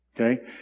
Okay